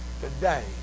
today